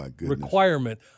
requirement